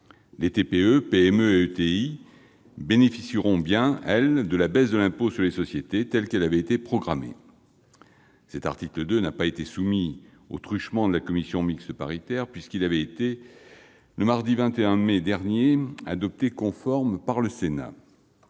Les TPE, PME et ETI bénéficieront bien, elles, de la baisse de l'impôt sur les sociétés, telle qu'elle avait été programmée. L'article 2 n'a pas été soumis à la commission mixte paritaire puisqu'il avait été adopté conforme par le Sénat